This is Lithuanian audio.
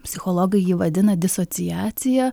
psichologai jį vadina disociacija